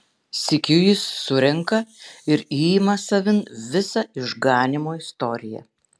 sykiu jis surenka ir įima savin visą išganymo istoriją